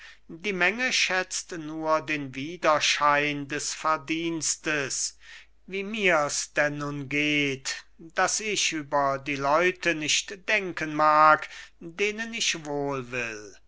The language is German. die menge schätzt nur den widerschein des verdienstes wie mir's denn nun geht daß ich über die leute nicht denken mag denen ich wohlwill